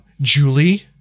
Julie